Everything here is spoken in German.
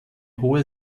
hohe